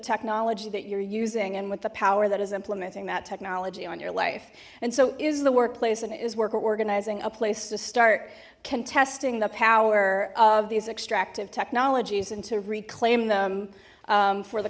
technology that you're using and with the power that is implementing that technology on your life and so is the workplace and is worker organizing a place to start contesting the power of these extractive technologies and to reclaim them for the